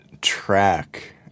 track